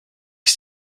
ich